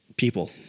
People